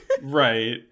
Right